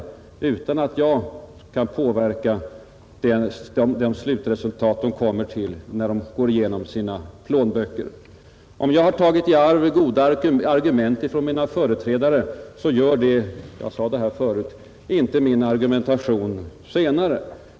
Jag kan inte påverka det slutresultat som de kommer till när de går igenom sina plånböcker. Om jag har tagit i arv goda argument från mina företrädare gör det, som jag sade förut, inte min argumentation sämre.